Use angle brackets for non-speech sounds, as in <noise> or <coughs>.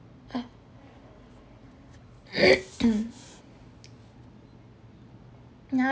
ah <coughs> mm ya